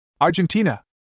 Argentina